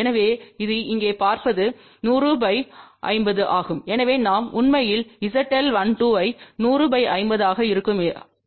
எனவே இது இங்கே பார்ப்பது 100 50 ஆகும் எனவே நாம் உண்மையில் ZL12ஐ 100 50 ஆக இருக்கும்